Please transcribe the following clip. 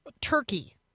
turkey